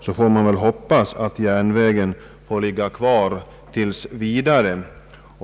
Jag hoppas därför att järnvägen får ligga kvar tills vidare.